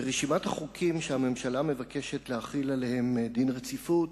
ברשימת החוקים שהממשלה מבקשת להחיל עליהם דין רציפות